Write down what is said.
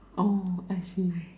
oh I see